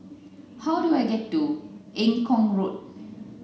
how do I get to Eng Kong Road